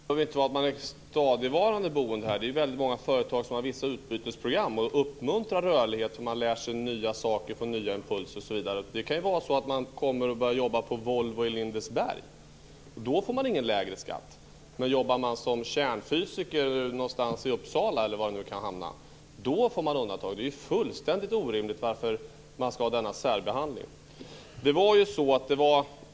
Fru talman! Det behöver inte vara fråga om att man är stadigvarande boende här. Det är många företag som har vissa utbytesprogram och uppmuntrar rörlighet för att lära sig nya saker och få nya impulser, osv. Man kan komma och jobba på Volvo i Lindesberg. Då får man ingen lägre skatt. Men jobbar man som kärnfysiker i t.ex. Uppsala då får man undantag. Det är fullständigt orimligt med denna särbehandling.